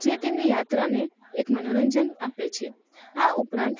જે તેમની યાત્રાને એક મનોરંજન આપે છે આ ઉપરાંત